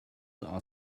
are